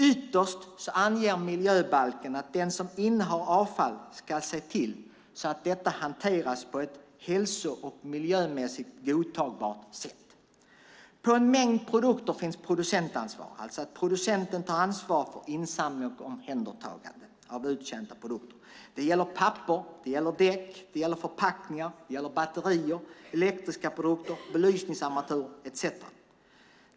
Ytterst anger miljöbalken att den som innehar avfall ska se till att detta hanteras på ett hälso och miljömässigt godtagbart sätt. För en mängd produkter finns producentansvar, alltså att producenten har ansvar för insamling och omhändertagande av uttjänta produkter. Det gäller papper, däck, förpackningar, batterier, elektriska produkter, belysningsarmaturer, etcetera.